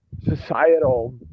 societal